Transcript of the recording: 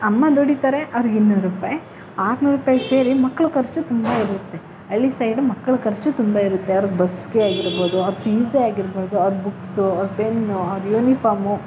ಅಮ್ಮ ದುಡಿತಾರೆ ಅವ್ರಿಗೆ ಇನ್ನೂರು ರೂಪಯಿ ಆರ್ನೂರು ರೂಪಾಯಿ ಸೇರಿ ಮಕ್ಳು ಖರ್ಚಿಗೆ ತುಂಬ ಇರುತ್ತೆ ಹಳ್ಳಿ ಸೈಡ್ ಮಕ್ಳು ಖರ್ಚು ತುಂಬ ಇರುತ್ತೆ ಅವ್ರಿಗೆ ಬಸ್ಗೆ ಆಗಿರ್ಬೋದು ಅವ್ರ ಫೀಸೇ ಆಗಿರ್ಬೋದು ಅವ್ರ ಬುಕ್ಸು ಅವ್ರ ಪೆನ್ನು ಅವ್ರ ಯುನಿಫಾಮು